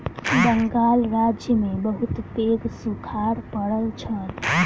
बंगाल राज्य में बहुत पैघ सूखाड़ पड़ल छल